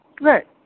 Right